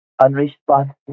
unresponsive